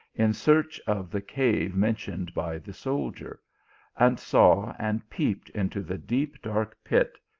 in search of the cave mentioned by the soldier and saw and peeped into the deep dark pit,